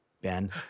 Ben